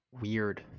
weird